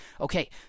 Okay